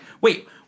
Wait